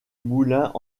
moulins